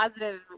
positive